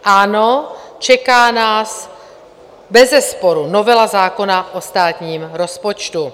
Ano, čeká nás bezesporu novela zákona o státním rozpočtu.